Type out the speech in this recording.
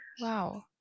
Wow